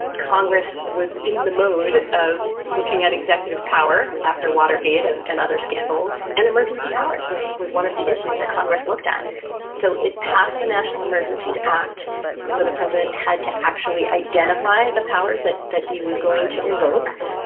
congress was in the mode of looking at executive power after watergate and and other scandals. and emergency powers was was one of the issues that congress looked at so it passed the national emergencies act so the president had to actually identify the powers that that he was going to invoke.